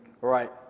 right